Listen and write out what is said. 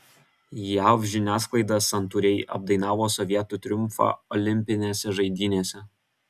jav žiniasklaida santūriai apdainavo sovietų triumfą olimpinėse žaidynėse